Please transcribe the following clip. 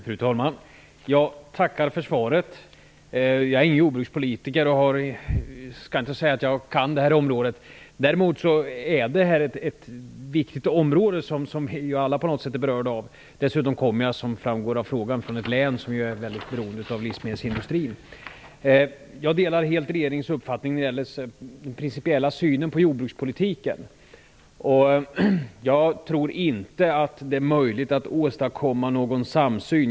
Fru talman! Jag tackar för svaret. Jag är ingen jordbrukspolitiker och skall inte säga att jag kan detta område. Däremot vill jag säga att det är ett viktigt område, som vi alla på något sätt är berörda av. Jag kommer dessutom från ett län som är mycket beroende av livsmedelsindustrin, vilket också framgår av frågan. Jag delar helt regeringens uppfattning när det gäller den principiella synen på jordbrukspolitiken. Jag tror inte att det är möjligt att åstadkomma någon samsyn.